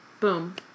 Boom